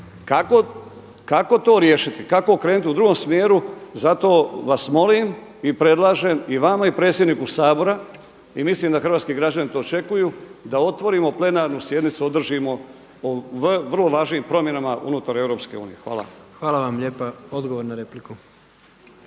Kako to riješiti? Kako krenuti u drugom smjeru, zato vas molim i predlažem i vama i predsjedniku Sabora i mislim da hrvatski građani to očekuju da otvorimo plenarnu sjednicu, održimo o vrlo važnim promjenama unutar Europske unije. Hvala.